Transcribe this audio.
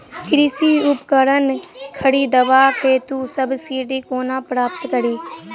कृषि उपकरण खरीदबाक हेतु सब्सिडी कोना प्राप्त कड़ी?